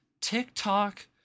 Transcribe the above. TikTok